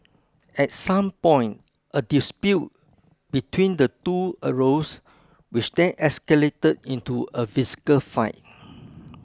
at some point a dispute between the two arose which then escalated into a physical fight